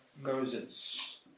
Moses